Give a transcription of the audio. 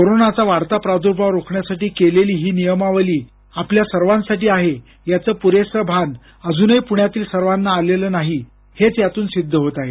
कोरोनाचा वाढता प्रादुर्भाव रोखण्यासाठी केलेली ही नियमावली आपल्या सर्वांसाठी आहे याचं पुरेसं भान अजूनही पुण्यातील सर्वाना आलेलं नाही हेच यातून सिद्ध होत आहे